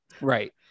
right